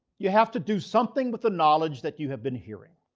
you have to do something with the knowledge that you have been hearing.